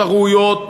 הראויות,